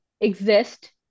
exist